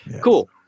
Cool